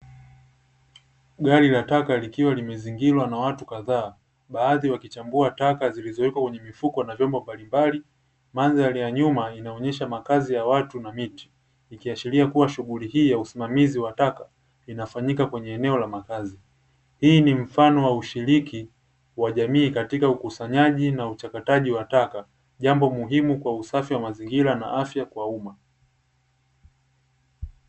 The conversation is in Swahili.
Gari la taka likiwa limezingirwa na watu kadhaa, baadhi wakiwa wakichambua taka zilizowekwa kwenye mifuko na vyombo mbalimbali. Mandhari ya nyuma inaonyesha makazi ya watu na miti, ikiashiria kuwa shughuli hii ya usimamizi wa taka inafanyika kwenye eneo makazi. Hii ni mfano wa ushiriki wa jamii katika ukusanyaji na uchakataji wa taka jambo muhimu kwa usafi wa mazingira na afya kwa umma.